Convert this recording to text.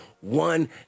one